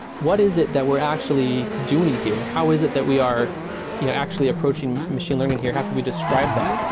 what is it that we're actually doing here? how is it that we are you know actually approaching machine learning here? how can we describe that?